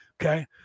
Okay